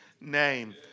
name